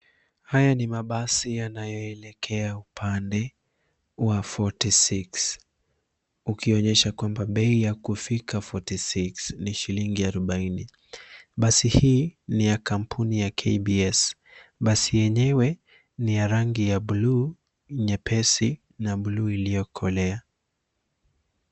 Haya ni mabasi yanayoelekea upande wa 46 ukionyesha kwamba bei ya kufika 46 ni shilingi 40. Basi hii ni la kampuni ya KBS . Basi lenyewe ni ya rangi ya blue nyepesi na blue iliyokolea.